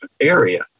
area